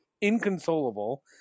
inconsolable